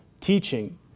teaching